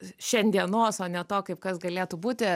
šiandienos o ne to kaip kas galėtų būti